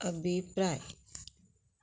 अभिप्राय